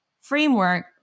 framework